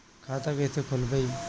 खाता कईसे खोलबाइ?